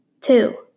Two